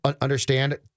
understand